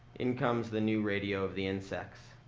in comes the new radio of the insects,